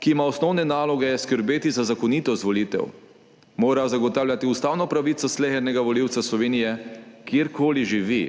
ki ima osnovne naloge skrbeti za zakonitost volitev, mora zagotavljati ustavno pravico slehernega volivca Slovenije, kjerkoli živi.